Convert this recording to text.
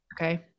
Okay